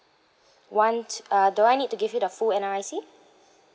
one t~ uh do I need to give you the full N_R_I_C